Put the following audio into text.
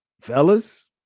fellas